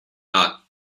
not